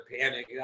panic